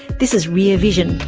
this is rear vision,